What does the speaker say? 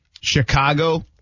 Chicago